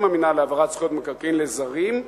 המינהל להעברת זכויות מקרקעין לזרים,